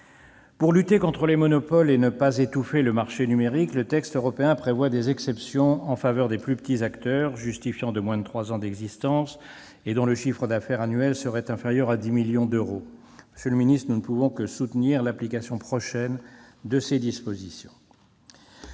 Pour lutter contre les monopoles et ne pas étouffer le marché numérique, le texte européen prévoit des exceptions en faveur des plus petits acteurs, justifiant de moins de trois ans d'existence et dont le chiffre d'affaires annuel serait inférieur à 10 millions d'euros. Monsieur le ministre, nous ne pouvons que soutenir l'application prochaine de ces dispositions.